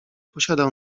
posiadał